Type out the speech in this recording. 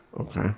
Okay